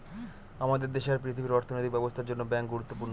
আমাদের দেশে আর পৃথিবীর অর্থনৈতিক ব্যবস্থার জন্য ব্যাঙ্ক গুরুত্বপূর্ণ